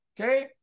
okay